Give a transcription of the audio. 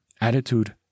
Attitude